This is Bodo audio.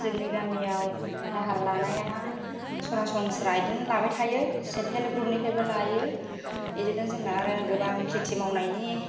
जोंनि गामियाव दाहार लानाया सरासनस्रा बिदिनो लाबाय थायो सेल हेल्फ ग्रुपनिफ्रायबो लायो बिदिनो जोंना आरो गोबां खेथि मावनायनि